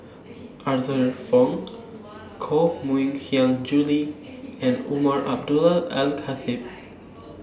Arthur Fong Koh Mui Hiang Julie and Umar Abdullah Al Khatib